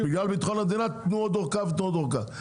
בגלל ביטחון המדינה תתנו עוד אורכה ועוד אורכה,